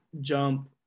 jump